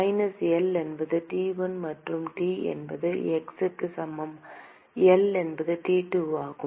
minus L என்பது T1 மற்றும் T என்பது x க்கு சமம் L என்பது T2 ஆகும்